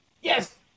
Yes